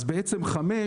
אז בעצם סעיף (5)